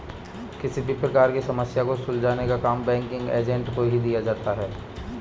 किसी भी प्रकार की समस्या को सुलझाने का काम बैंकिंग एजेंट को ही दिया जाता है